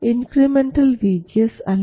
incremental VGS ഇല്ല